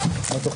12:20.